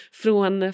från